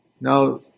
Now